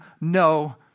no